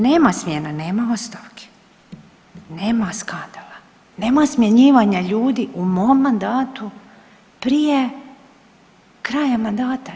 Nema smjena, nema ostavki, nema skandala, nema smjenjivanja ljudi u mom mandatu prije kraja mandata.